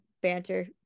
banter